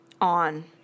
on